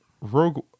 Rogue